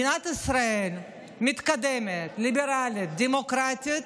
מדינת ישראל מתקדמת, ליברלית, דמוקרטית,